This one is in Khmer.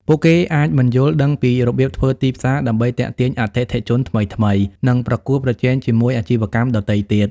ពួកគេអាចមិនយល់ដឹងពីរបៀបធ្វើទីផ្សារដើម្បីទាក់ទាញអតិថិជនថ្មីៗ និងប្រកួតប្រជែងជាមួយអាជីវកម្មដទៃទៀត។